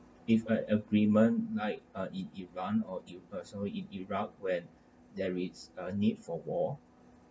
if an agreement like ah in iran or if possible in iraq when there is a need for war